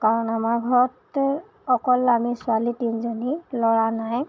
কাৰণ আমাৰ ঘৰত অকল আমি ছোৱালী তিনিজনী ল'ৰা নাই